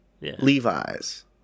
Levi's